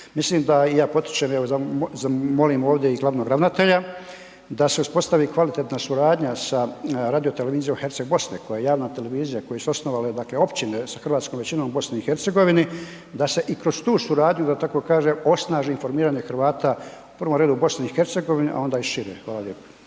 mislim da i ja potičem evo, molim ovdje i glavnog ravnatelja da se uspostavi kvalitetna suradnja sa Radiotelevizijom Herceg Bosne koja je javna televiziju koju su osnovale općine s hrvatskom većinom u BiH-u, da se i kroz tu suradnju da tako kažem, osnaži informiranje Hrvata u prvom redu u BiH-u a onda i šire. Hvala lijepo.